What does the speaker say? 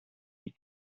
die